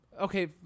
Okay